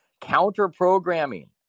counter-programming